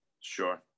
Sure